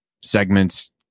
segments